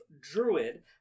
druid